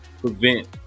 prevent